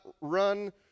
run